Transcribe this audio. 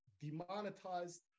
demonetized